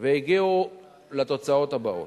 והגיעו לתוצאות הבאות: